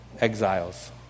exiles